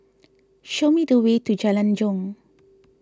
show me the way to Jalan Jong